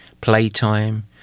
playtime